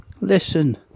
Listen